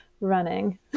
running